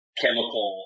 chemical